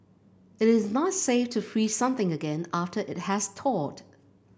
it is not safe to freeze something again after it has thawed